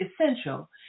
essential